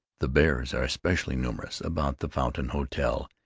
the bears are especially numerous about the fountain hotel.